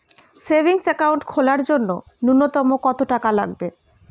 Savings account খোলার জন্য নূন্যতম কত টাকা লাগবে?